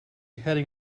heading